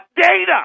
data